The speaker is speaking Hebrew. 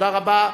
תודה רבה.